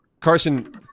Carson